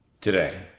today